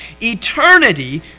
eternity